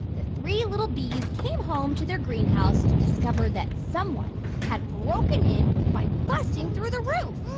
the three little bees came home to their greenhouse to discover that someone had broken in by busting through the roof.